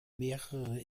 mehrere